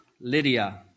Lydia